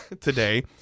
today